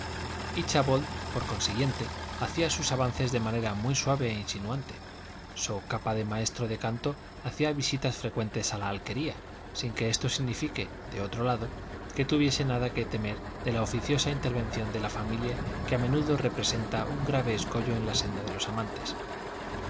amores íchabod por consiguiente hacía sus avances de manera muy suave e insinuante so capa de maestro de canto hacía visitas frecuentes a la alquería sin que esto signifique de otro lado que tuviese nada que temer de la oficiosa intervención de la familia que a menudo representa un grave escollo en la senda de los amantes